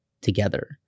together